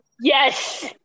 yes